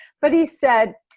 but he said,